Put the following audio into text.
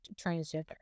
transgender